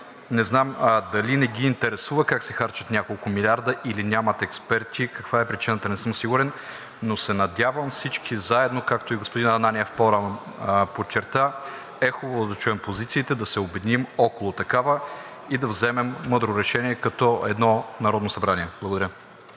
Не знам дали не ги интересува как се харчат няколко милиарда, или нямат експерти. Каква е причината – не съм сигурен, но се надявам всички заедно, както и господин Ананиев по-рано подчерта, хубаво е да чуем позициите, да се обединим около такава и да вземем мъдро решение като едно Народно събрание. Благодаря.